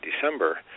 December